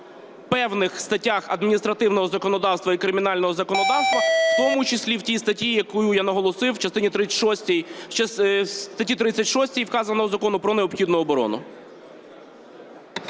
певних статтях адміністративного законодавства і кримінального законодавства, в тому числі в тій статті, яку я наголосив, в статті 36 вказаного закону про необхідну оборону.